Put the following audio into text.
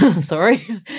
Sorry